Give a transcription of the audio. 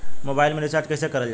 Mobile में recharge कइसे करल जाला?